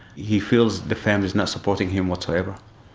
he feels the family's not supporting him whatsoever.